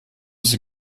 sie